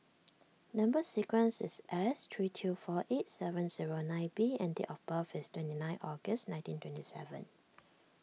Number Sequence is S three two four eight seven zero nine B and date of birth is twenty nine August nineteen twenty seven